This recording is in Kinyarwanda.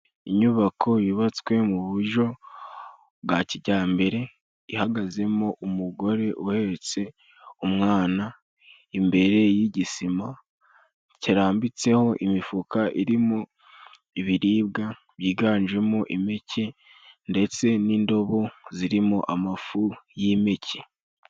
Inyubako yubatswe mu buryo bwa kijyambere, ihagazemo umugore uhetse umwana, imbere y'igisima kirambitseho imifuka irimo ibiribwa byiganjemo impeke ndetse n'indobo zirimo amafu y'impeke.